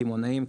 קמעונאים,